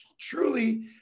truly